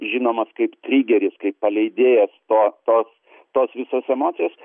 žinomas kaip trigeris kai paleidėjas to tos tos visos emocijos